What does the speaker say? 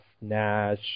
Nash